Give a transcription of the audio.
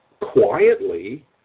quietly